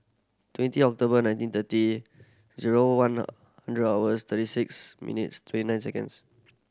twenty October nineteen thirty zero one hundred hours thirty six minutes twenty nine seconds